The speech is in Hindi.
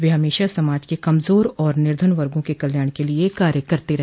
वह हमेशा समाज के कमजोर और निर्धन वर्गो के कल्याण के लिए कार्य करते रहे